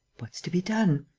what's to be done?